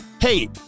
Hey